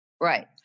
Right